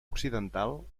occidental